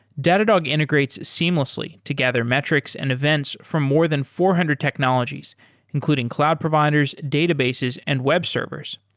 datadog integrates seamlessly to gather metrics and events from more than four hundred technologies including cloud providers, databases and webservers.